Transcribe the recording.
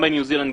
גם בניו זילנד,